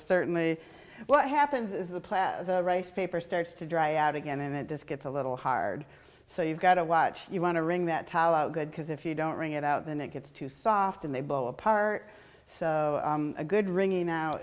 certainly what happens is the plaid rice paper starts to dry out again and it just gets a little hard so you've got to watch you want to wring that towel out good because if you don't wring it out then it gets too soft and they blow apart so a good ringing